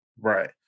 Right